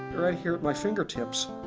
right here at my fingertips